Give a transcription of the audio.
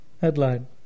Headline